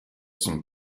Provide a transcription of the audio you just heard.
son